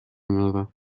another